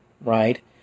right